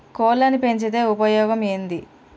కోళ్లని పెంచితే ఉపయోగం ఏంది?